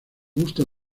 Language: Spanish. gusta